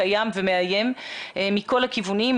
קיים ומאיים מכל הכיוונים,